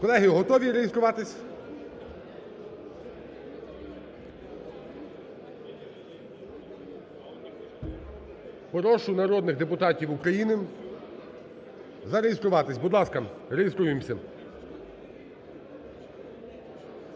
Колеги, готові реєструватися? Прошу народних депутатів України зареєструватися. Будь ласка, реєструємося.